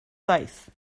taith